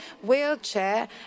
wheelchair